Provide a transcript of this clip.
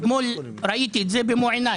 אתמול ראיתי את זה במו עיניי.